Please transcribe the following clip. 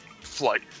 flight